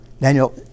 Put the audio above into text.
Daniel